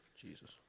Jesus